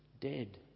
dead